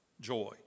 joy